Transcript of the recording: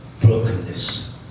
brokenness